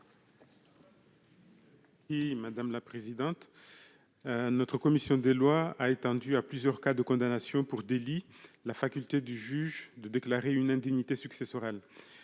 Mohamed Soilihi. Notre commission des lois a étendu à plusieurs cas de condamnation pour délit la faculté du juge de déclarer une indignité successorale.